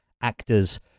actors